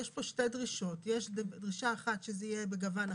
יש פה שתי דרישות יש דרישה אחת שזה יהיה בגוון אחיד,